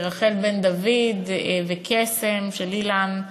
רחל בן-דוד וקסם, של אילן,